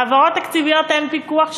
בהעברות תקציביות אין פיקוח,